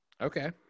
Okay